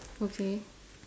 okay